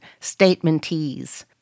statementees